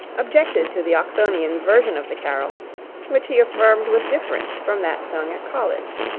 objected to the oxonian's version of the carol which he affirmed was different from that sung at college.